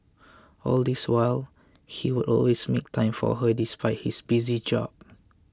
all this while he would always make time for her despite his busy job